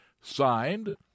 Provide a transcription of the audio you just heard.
Signed